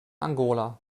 angola